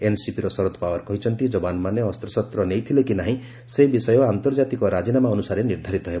ଏନ୍ସିପିର ଶରଦ ପାୱାର କହିଛନ୍ତି ଜବାନମାନେ ଅସ୍ତଶସ୍ତ ନେଇଥିଲେ କି ନାହିଁ ସେ ବିଷୟ ଆନ୍ତର୍ଜାତିକ ରାଜିନାମା ଅନୁସାରେ ନିର୍ଦ୍ଧାରିତ ହେବ